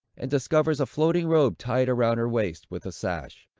and discovers a floating robe tied round her waist with a sash,